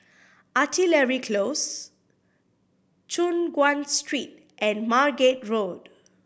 Artillery Close Choon Guan Street and Margate Road